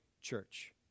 church